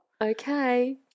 Okay